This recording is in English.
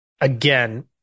again